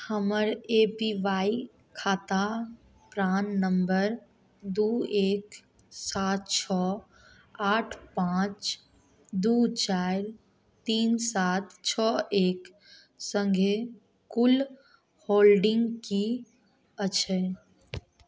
हमर A P Y खाता प्राण नम्बर दू एक सात छओ आठ पाँच दू चारि तीन सात छओ एक सङ्गे कुल होल्डिँग की अछि